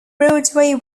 broadway